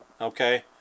okay